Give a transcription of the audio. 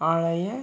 ஆலய